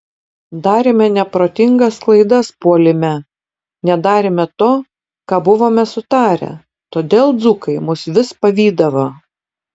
darėme neprotingas klaidas puolime nedarėme to ką buvome sutarę todėl dzūkai mus vis pavydavo